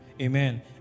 Amen